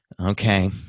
okay